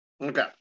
Okay